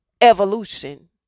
evolution